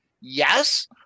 yes